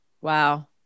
Wow